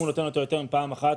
אם הוא נותן אותו יותר מפעם אחת,